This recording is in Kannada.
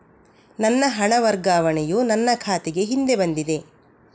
ನನ್ನ ಹಣ ವರ್ಗಾವಣೆಯು ನನ್ನ ಖಾತೆಗೆ ಹಿಂದೆ ಬಂದಿದೆ